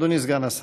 אדוני סגן השר.